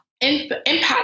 impact